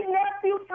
nephew